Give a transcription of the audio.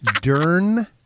Dern